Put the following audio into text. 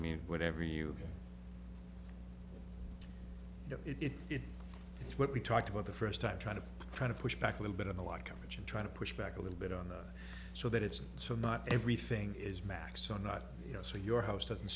mean whatever you know it it it's what we talked about the first time trying to kind of push back a little bit of a lot of coverage and try to push back a little bit on the so that it's so not everything is max or not you know so your house doesn't